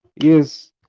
Yes